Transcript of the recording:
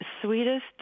sweetest